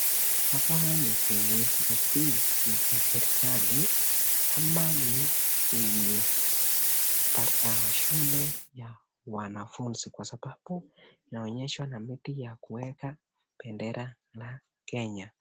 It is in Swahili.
Hapa ni kwenye ofisi za serikali ama ni wenye shule ya wanafunzi kwa sababu inaonyeshwa na miti ya kuweka bendera la Kenya.